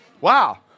Wow